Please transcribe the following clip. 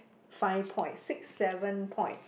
five point six seven point